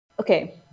okay